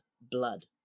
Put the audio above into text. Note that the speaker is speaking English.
blood